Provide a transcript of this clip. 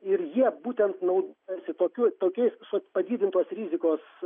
ir jie būtent naudojasi tokių tokiais padidintos rizikos